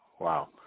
wow